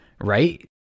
Right